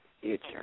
future